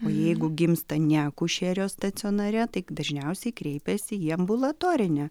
o jeigu gimsta ne akušerijos stacionare tai dažniausiai kreipiasi į ambulatorinę